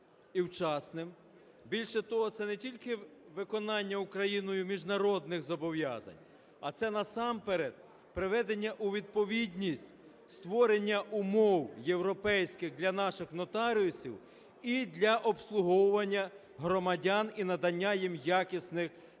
Більше того, це не тільки виконання Україною міжнародних зобов'язань, а це насамперед приведення у відповідність створення умов європейських для наших нотаріусів і для обслуговування громадян, і надання їм якісних послуг